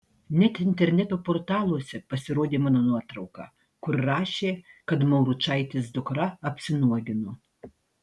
net interneto portaluose pasirodė mano nuotrauka kur rašė kad mauručaitės dukra apsinuogino